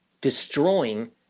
destroying